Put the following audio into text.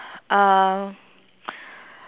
um